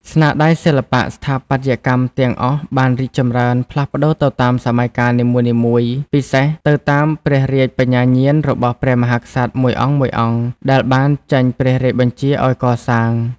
ស្នាដៃសិល្បៈស្ថាបត្យកម្មទាំង អស់បានរីកចម្រើន ផ្លាស់ប្តូរទៅតាមសម័យកាលនីមួយៗ ពិសេសទៅតាមព្រះរាជ បញ្ញាញាណរបស់ព្រះមហាក្សត្រមួយអង្គៗ ដែលបានចេញព្រះរាជបញ្ជាឱ្យកសាង។